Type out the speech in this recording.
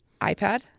iPad